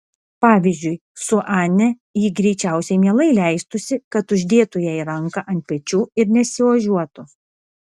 pavyzdžiui su ane ji greičiausiai mielai leistųsi kad uždėtų jai ranką ant pečių ir nesiožiuotų